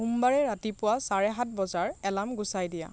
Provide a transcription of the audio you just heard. সোমবাৰে ৰাতিপুৱা চাৰে সাত বজাৰ এলাৰ্ম গুচাই দিয়া